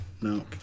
no